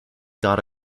got